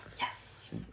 Yes